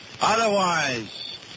Otherwise